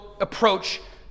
approach